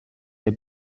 der